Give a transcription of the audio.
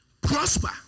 prosper